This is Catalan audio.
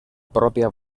pròpia